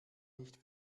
nicht